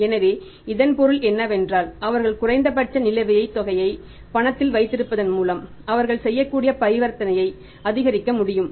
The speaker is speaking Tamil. ஆகவே இதன் பொருள் என்னவென்றால் அவர்கள் குறைந்தபட்ச நிலுவைத் தொகையை பணத்தில் வைத்திருப்பதன் மூலம் அவர்கள் செய்யக்கூடிய பரிவர்த்தனையை அதிகரிக்க முடியும்